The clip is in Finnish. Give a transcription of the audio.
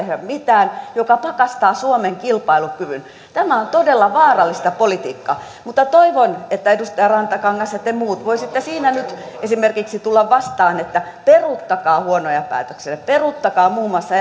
tehdä mitään mikä pakastaa suomen kilpailukyvyn tämä on todella vaarallista politiikkaa mutta toivon edustaja rantakangas ja te muut että voisitte esimerkiksi siinä nyt tulla vastaan että peruuttaisitte huonoja päätöksiänne peruuttakaa muun muassa